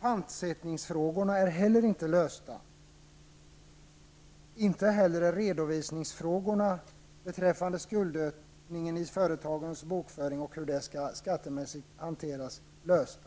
Pantsättningsfrågorna är inte heller lösta. Man har heller inte löst hur redovisningsfrågorna beträffande skuldökningen i företagens bokföringar skall hanteras skattemässigt.